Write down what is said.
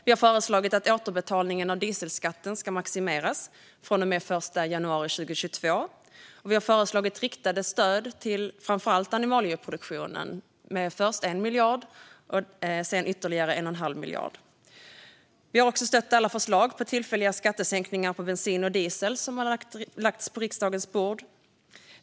Vi har föreslagit att återbetalningen av dieselskatten ska maximeras från och med den 1 januari 2022, och vi har föreslagit riktade stöd till framför allt animalieproduktionen med först 1 miljard och sedan ytterligare 1 1⁄2 miljard. Vi har också stött alla förslag på tillfälliga skattesänkningar på bensin och diesel som lagts på riksdagens bord.